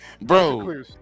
Bro